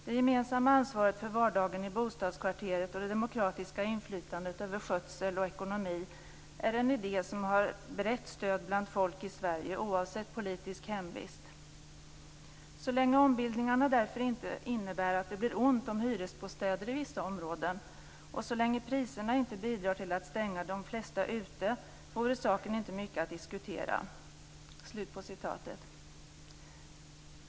Det gemensamma ansvaret för vardagen i bostadskvarteret och det demokratiska inflytandet över skötsel och ekonomi är en idé som har brett stöd bland folk i Sverige, oavsett politisk hemvist. Så länge ombildningarna därför inte innebär att det blir ont om hyresbostäder i vissa områden och så länge priserna inte bidrar till att stänga de flesta ute vore saken inte mycket att diskutera."